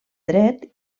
dret